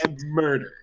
murder